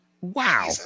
wow